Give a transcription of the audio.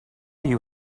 you